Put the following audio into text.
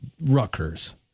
Rutgers